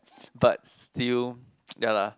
but still ya lah